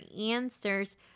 answers